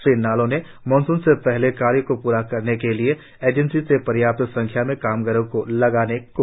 श्री नालो ने मानसून से पहले कार्य को पूरा करने के लिए एजेंसी से पर्याप्त संख्या में कामगारो को लगाने को कहा